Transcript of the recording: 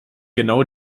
genau